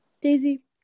Daisy